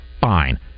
fine